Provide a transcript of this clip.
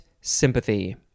sympathy